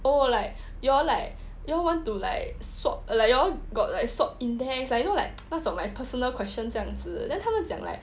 oh like you all like you all want to like swap like you all got like swap index like you know like based on my personal questions 这样子 then 他们讲 like